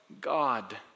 God